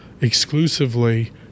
exclusively